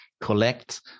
collect